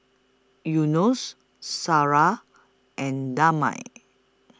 Yunos Sarah and Damia